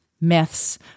myths